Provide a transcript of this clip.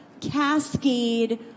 cascade